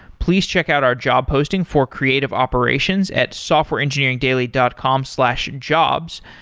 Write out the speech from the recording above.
please check out our job posting for creative operations at softwareengineeringdaily dot com slash jobs.